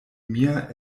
mia